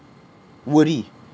worry